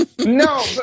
No